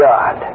God